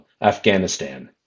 Afghanistan